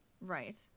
Right